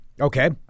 Okay